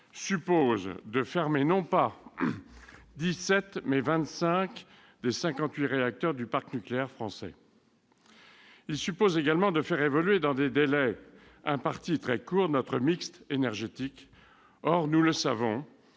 -suppose de fermer non pas 17, mais 25 des 58 réacteurs du parc nucléaire français. Il suppose également de faire évoluer dans des délais très courts notre mix énergétique. Or, nous le savons,